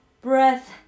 breath